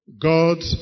God